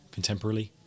contemporarily